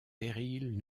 périls